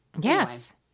Yes